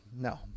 no